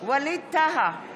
ווליד טאהא,